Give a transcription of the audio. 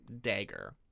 dagger